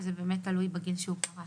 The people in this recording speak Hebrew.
זה באמת תלוי בגיל שבו הוא פרש.